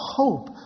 hope